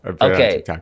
Okay